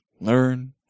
learn